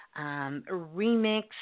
remix